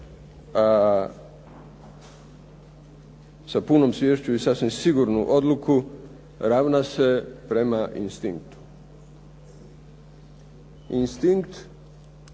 sa punom sviješću i sasvim sigurnu odluku ravna se prema instinktu. Instinkt